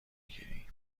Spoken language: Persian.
گیری